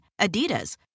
Adidas